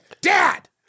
Dad